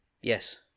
Yes